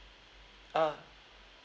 ah